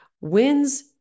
Wins